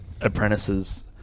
apprentices